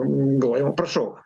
galvojama prašau